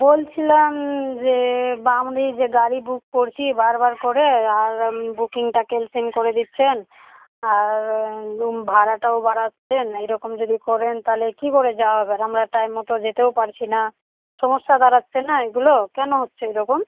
বলছিলাম যে বামরি যে গাড়ি বুক করছি বার বার করে আর আপনি বুকিংটা ক্যানসেল করে দিচ্ছেন আর ভাড়াটাও বাড়াচ্ছেন এই রকম যদি করেন তাহলে কী করে যাওয়া হবে আর আমরা টাইম মতো যেতেও পারছি না সমস্যা দাঁড়াচ্ছে না এইগুলো কেন হচ্ছে এই রকম